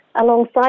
alongside